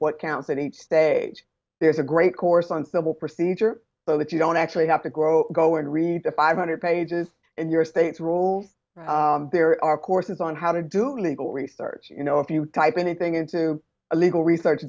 what counts eight there's a great course on civil procedure so that you don't actually have to grow go and read the five hundred pages and your state's rules there are courses on how to do legal research you know if you type anything into a legal research